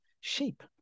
sheep